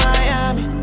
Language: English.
Miami